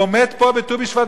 הוא עומד פה בט"ו בשבט,